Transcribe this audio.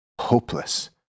hopeless